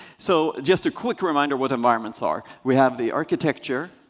so just a quick reminder what environments are. we have the architecture.